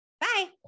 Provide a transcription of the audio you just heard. bye